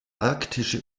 arktische